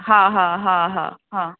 हा हा हा हा हा